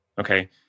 okay